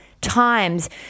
times